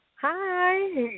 Hi